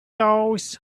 those